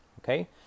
okay